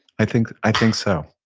i think i think so.